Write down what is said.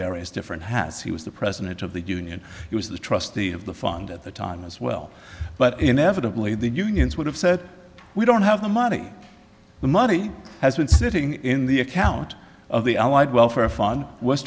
various different hats he was the president of the union he was the trustee of the fund at the time as well but inevitably the unions would have said we don't have the money the money has been sitting in the account of the allied welfare fund was